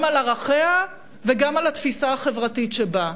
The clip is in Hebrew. גם על ערכיה וגם על התפיסה החברתית שבה,